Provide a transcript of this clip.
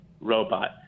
robot